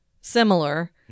similar